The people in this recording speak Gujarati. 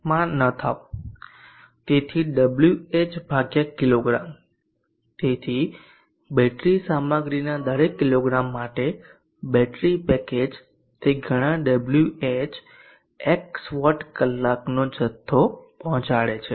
તેથી ડબ્લ્યુએચ કિગ્રા તેથી બેટરી સામગ્રીના દરેક કિલોગ્રામ માટે બેટરી પેકેજ તે ઘણા ડબ્લ્યુએચ x વોટ કલાકનો જથ્થો પહોંચાડશે